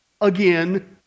Again